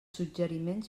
suggeriments